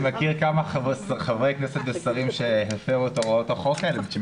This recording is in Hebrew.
אני מכיר כמה חברי כנסת ושרים שהפרו את הוראות החוק הזה.